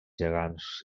gegants